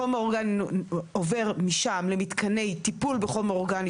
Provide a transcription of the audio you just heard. החומר האורגני עובר למתקני טיפול בחומר אורגני,